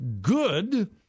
good